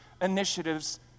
initiatives